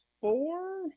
four